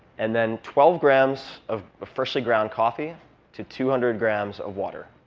and then twelve grams of freshly ground coffee to two hundred grams of water.